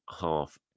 half